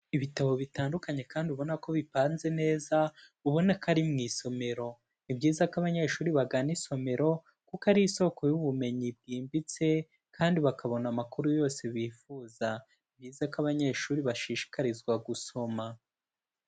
Ibitabo bitandukanye kandi ubona ko bipanze neza ubona ko ari mu isomero, ni byiza ko abanyeshuri bagana isomero kuko ari isoko y'ubumenyi bwimbitse kandi bakabona amakuru yose bifuza, ni byiza ko abanyeshuri bashishikarizwa gusoma.